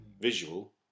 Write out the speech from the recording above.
visual